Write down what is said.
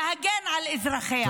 להגן על אזרחיה.